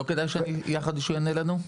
לא כדאי שיחד הוא יענה לנו?